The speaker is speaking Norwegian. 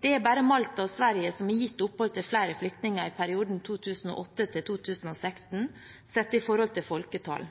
Det er bare Malta og Sverige som har gitt opphold til flere flyktninger i perioden 2008–2016 sett i forhold til folketall.